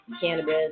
cannabis